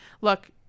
look